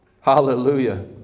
hallelujah